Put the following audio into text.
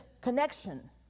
connection